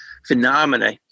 Phenomena